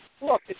Look